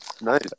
nice